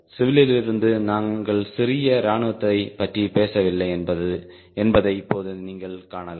சிவிலிருந்து நாங்கள் சிறிய இராணுவத்தைப் பற்றி பேசவில்லை என்பதை இப்போது நீங்கள் காணலாம்